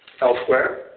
elsewhere